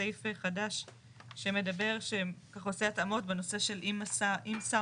סעיף חדש שעושה התאמות בנושא של אם שר